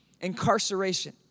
Incarceration